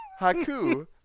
Haku